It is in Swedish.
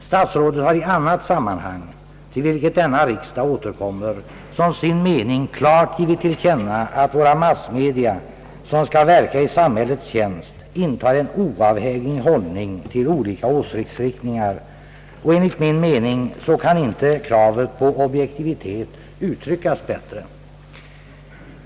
Statsrådet har i annat sammanhang, till vilket riksdagen återkommer, som sin mening klart givit till känna, att våra massmedia, som skall verka i samhällets tjänst, skall inta en oavhängig hållning till olika åsiktsriktningar, och enligt min mening kan inte kravet på objektivitet uttryckas bättre.